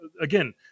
again